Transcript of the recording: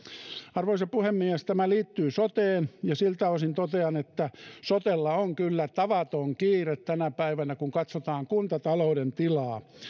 arvoisa puhemies tämä liittyy soteen ja siltä osin totean että sotella on kyllä tavaton kiire tänä päivänä kun katsotaan kuntatalouden tilaa